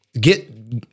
get –